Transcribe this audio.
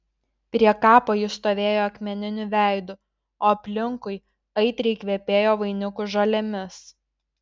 prie kapo jis stovėjo akmeniniu veidu o aplinkui aitriai kvepėjo vainikų žolėmis